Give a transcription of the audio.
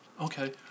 Okay